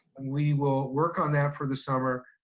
we will work on that for the summer,